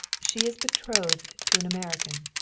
she is betrothed to an american.